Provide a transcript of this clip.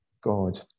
God